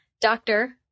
Doctor